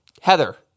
Heather